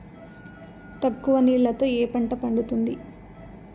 తక్కువ నీళ్లతో ఏ పంట పండుతుంది?